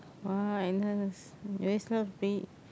!wah! Agnes you always you always love big